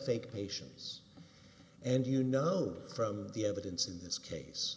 fake patients and you know from the evidence in this case